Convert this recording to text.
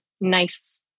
nice